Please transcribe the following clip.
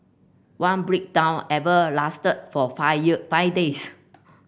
one breakdown even lasted for five year five days